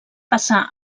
passà